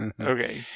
Okay